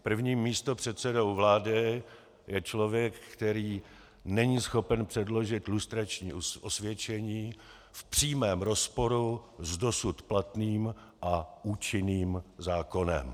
Prvním místopředsedou vlády je člověk, který není schopen předložit lustrační osvědčení, v přímém rozporu s dosud platným a účinným zákonem.